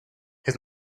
his